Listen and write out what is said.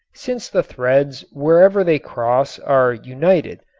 since the threads wherever they cross are united,